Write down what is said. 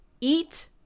eat